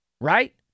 right